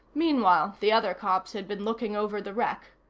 meanwhile, the other cops had been looking over the wreck.